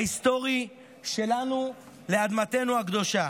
ההיסטורי שלנו והקשר לאדמתנו הקדושה.